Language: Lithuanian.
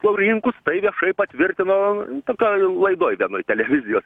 laurinkus tai viešai patvirtino tokioj laidoj vienoj televizijos